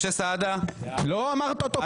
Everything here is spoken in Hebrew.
משה סעדה בעד, אריאל קלנר